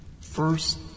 First